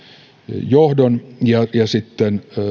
johdon ja sitten